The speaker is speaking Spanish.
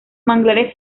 manglares